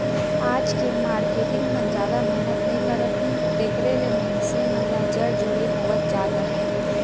आज के मारकेटिंग मन जादा मेहनत नइ करत हे तेकरे ले मइनसे मन ल जर जुड़ई होवत जात अहे